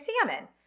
salmon